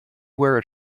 where